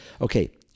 Okay